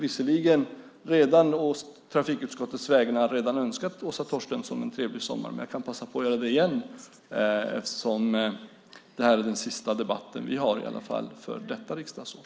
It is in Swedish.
Visserligen har jag redan på trafikutskottets vägnar önskat Åsa Torstensson en trevlig sommar, men jag kan passa på att göra det igen eftersom det här är den sista debatten vi har för detta riksdagsår.